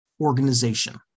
organization